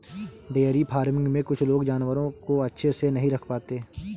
dairy farming में कुछ लोग जानवरों को अच्छे से नहीं रख पाते